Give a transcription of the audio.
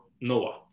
Noah